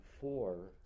four